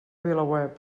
vilaweb